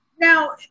Now